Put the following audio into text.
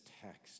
text